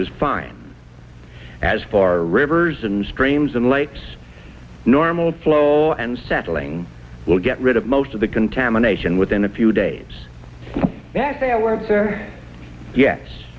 is fine as far rivers and streams and lakes normal flow and settling will get rid of most of the contamination within a few days that they were there yes